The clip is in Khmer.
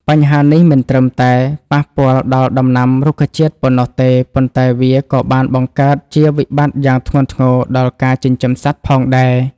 បញ្ហានេះមិនត្រឹមតែប៉ះពាល់ដល់ដំណាំរុក្ខជាតិប៉ុណ្ណោះទេ ប៉ុន្តែវាក៏បានបង្កើតជាវិបត្តិយ៉ាងធ្ងន់ធ្ងរដល់ការចិញ្ចឹមសត្វផងដែរ។